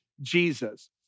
Jesus